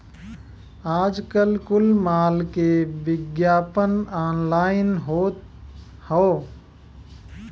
आजकल कुल माल के विग्यापन ऑनलाइन होत हौ